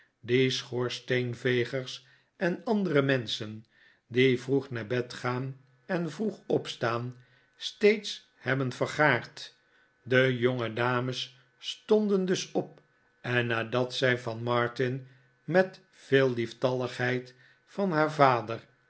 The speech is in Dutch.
die schoorsteenvegers en andere menschen die vroeg naar bed gaan en vroeg opstaan steeds hebben vergaard de jongedames stonden dus op en nadat zij van martin met veel lieftalligheid van haar vader